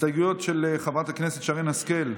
הסתייגויות של חברת הכנסת שרן השכל,